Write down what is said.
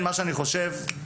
הוועדה הזו צריכה